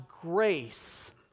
grace